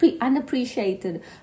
unappreciated